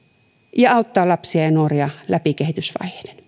ja auttaa lapsia ja nuoria läpi kehitysvaiheiden